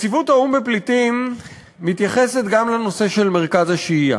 נציבות האו"ם לפליטים מתייחסת גם לנושא של מרכז השהייה.